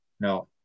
No